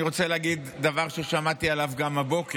אני רוצה להגיד דבר ששמעתי עליו הבוקר.